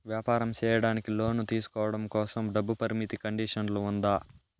వ్యాపారం సేయడానికి లోను తీసుకోవడం కోసం, డబ్బు పరిమితి కండిషన్లు ఉందా?